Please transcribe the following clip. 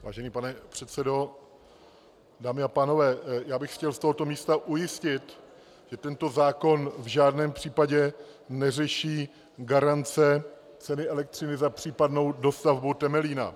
Vážený pane předsedo, dámy a pánové, já bych chtěl z tohoto místa ujistit, že tento zákon v žádném případě neřeší garance ceny elektřiny za případnou dostavbu Temelína.